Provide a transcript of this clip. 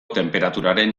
tenperaturaren